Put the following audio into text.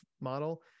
model